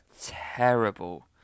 terrible